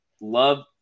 Love